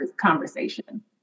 conversation